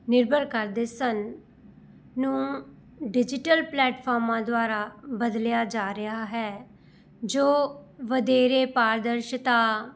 ਨਿਰਭਰ ਕਰਦੇ ਸਨ ਨੂੰ ਡਿਜੀਟਲ ਪਲੈਟਫਾਰਮਾਂ ਦੁਆਰਾ ਬਦਲਿਆ ਜਾ ਰਿਹਾ ਹੈ ਜੋ ਵਧੇਰੇ ਪਾਰਦਰਸ਼ਤਾ